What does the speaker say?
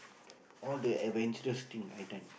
all the adventurous thing I done